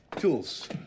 Tools